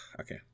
Okay